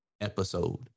episode